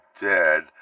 dead